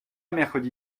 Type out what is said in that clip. mercredi